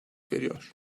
veriyor